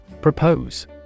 Propose